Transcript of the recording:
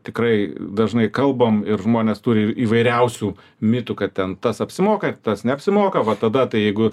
tikrai dažnai kalbam ir žmonės turi įvairiausių mitų kad ten tas apsimoka tas neapsimoka va tada tai jeigu